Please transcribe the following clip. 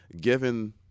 given –